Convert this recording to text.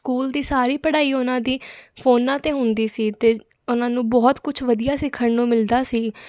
school ਦੀ ਸਾਰੀ ਪੜ੍ਹਾਈ ਉਹਨਾਂ ਦੀ ਫੋਨਾਂ 'ਤੇ ਹੁੰਦੀ ਸੀ ਅਤੇ ਉਹਨਾਂ ਨੂੰ ਬਹੁਤ ਕੁਛ ਵਧੀਆ ਸਿੱਖਣ ਨੂੰ ਮਿਲਦਾ ਸੀ